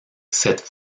cette